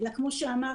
אלא כמו שאמרתי,